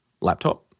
laptop